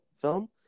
film